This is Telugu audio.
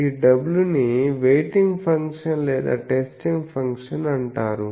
ఈ w ని వెయిటింగ్ ఫంక్షన్ లేదా టెస్టింగ్ ఫంక్షన్ అంటారు